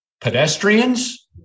pedestrians